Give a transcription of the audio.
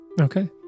Okay